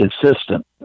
consistent